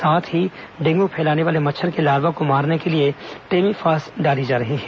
साथ ही डेंग् फैलाने वाले मच्छर के लार्वा को मारने के लिए टेमीफास डाली जा रही है